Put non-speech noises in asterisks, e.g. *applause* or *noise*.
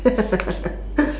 *laughs*